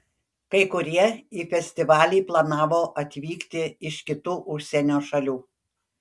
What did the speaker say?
kai kurie į festivalį planavo atvykti iš kitų užsienio šalių